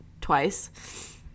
twice